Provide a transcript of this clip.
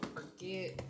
Forget